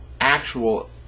actual